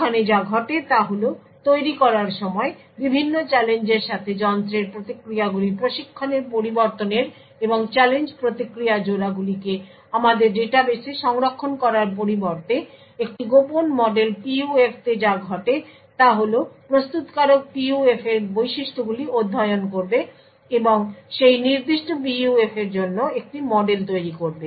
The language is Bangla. এখানে যা ঘটে তা হল তৈরী করার সময় বিভিন্ন চ্যালেঞ্জের সাথে যন্ত্রের প্রতিক্রিয়াগুলি প্রশিক্ষণের পরিবর্তনের এবং চ্যালেঞ্জ প্রতিক্রিয়া জোড়াগুলিকে আমাদের ডাটাবেসে সংরক্ষণ করার পরিবর্তে একটি গোপন মডেল PUF তে যা ঘটে তা হল প্রস্তুতকারক PUF এর বৈশিষ্ট্যগুলি অধ্যয়ন করবে এবং সেই নির্দিষ্ট PUF এর জন্য একটি মডেল তৈরি করবে